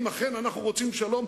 אם אנחנו אכן רוצים שלום,